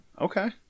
Okay